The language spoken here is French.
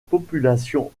population